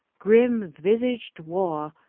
grim-visaged war,